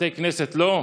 בתי כנסת, לא?